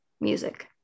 music